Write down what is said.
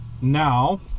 now